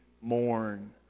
mourn